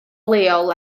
leol